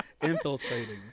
Infiltrating